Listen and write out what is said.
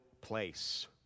place